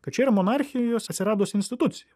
kad čia yra monarchijoje jos atsiradusi institucija